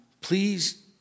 Please